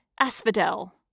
Asphodel